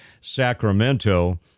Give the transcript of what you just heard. Sacramento